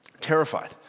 Terrified